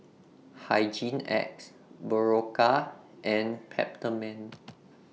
Hygin X Berocca and Peptamen